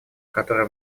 которая